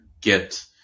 get